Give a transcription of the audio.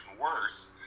worse